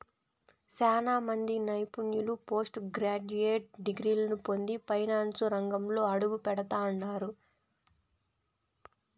సేనా మంది నిపుణులు పోస్టు గ్రాడ్యుయేట్ డిగ్రీలని పొంది ఫైనాన్సు రంగంలో అడుగుపెడతండారు